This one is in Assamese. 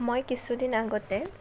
মই কিছু দিন আগতে